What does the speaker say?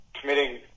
committing